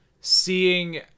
seeing